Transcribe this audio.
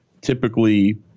typically